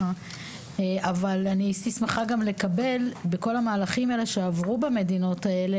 אני הייתי שמחה לקבל בכל המהלכים שעברו במדינות האלה,